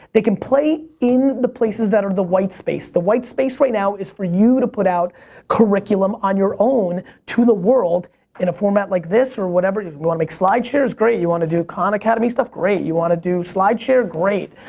they can play in the places that are the white space. the white space right now is for you to put out curriculum on your own, to the world in a format like this, or whatever. you you wanna make slideshares, great. you wanna do khan academy stuff, great. you wanna do slideshare, great.